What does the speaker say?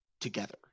together